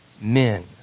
men